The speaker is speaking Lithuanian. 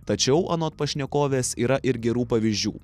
tačiau anot pašnekovės yra ir gerų pavyzdžių